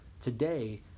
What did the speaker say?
Today